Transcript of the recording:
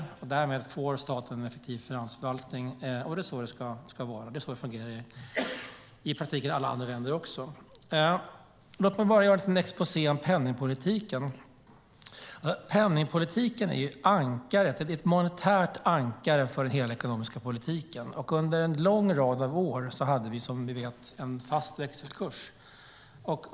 Därmed får staten en effektiv finansförvaltning. Så ska det vara, och så fungerar det i praktiken i alla andra länder också. Låt mig göra en liten exposé över penningpolitiken. Penningpolitiken är ett monetärt ankare för hela den ekonomiska politiken. Under en lång rad år hade vi som ni vet en fast växelkurs.